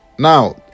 Now